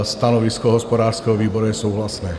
Stanovisko hospodářského výboru je souhlasné.